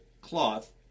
cloth